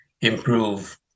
improve